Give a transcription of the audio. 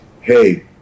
hey